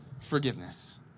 forgiveness